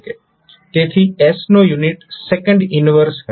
તેથી s નો unit second inverse હશે